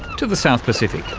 to the south pacific.